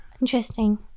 interesting